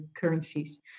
currencies